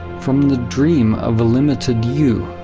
from the dream of a limited you.